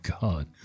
God